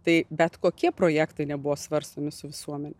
tai bet kokie projektai nebuvo svarstomi su visuomene